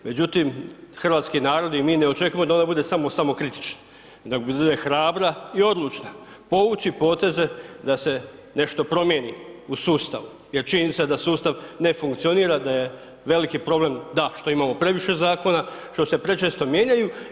Međutim, hrvatski narod i mi ne očekujemo da ona bude samo samokritična, nego da bude hrabra i odlučna povući poteze da se nešto promijeni u sustavu jer činjenica je da sustav ne funkcionira, da je veliki problem da što imamo previše zakona što se prečesto mijenjaju.